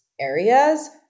areas